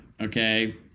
okay